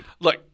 Look